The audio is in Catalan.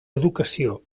educació